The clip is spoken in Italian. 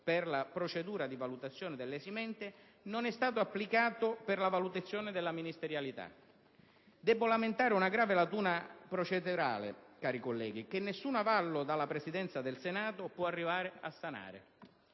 per la procedura di valutazione dell'esimente - non è stato applicato per la valutazione della ministerialità. Debbo lamentare una grave lacuna procedurale, onorevoli colleghi, che nessun avallo della Presidenza del Senato può arrivare a sanare: